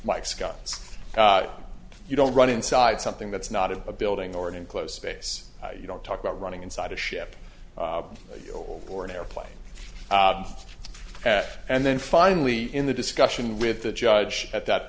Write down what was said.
skies you don't run inside something that's not in a building or an enclosed space you don't talk about running inside a ship or an airplane and then finally in the discussion with the judge at that